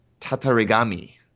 tatarigami